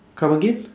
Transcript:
come again